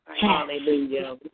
Hallelujah